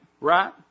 Right